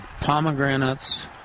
pomegranates